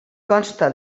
consta